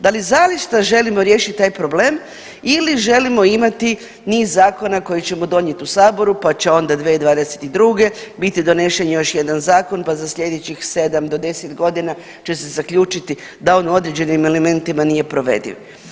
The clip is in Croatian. Da li zaista želimo riješiti taj problem ili želimo imati niz zakona koje ćemo donijeti u saboru pa će onda 2022. biti donesen još jedan zakon pa za sljedećih sedam do deset godina će se zaključiti da on u određenim eremitima nije provediv.